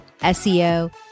SEO